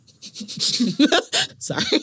Sorry